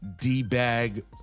D-bag